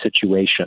situation